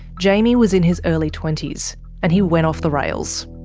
jaimie was in his early twenty s and he went off the rails.